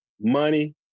money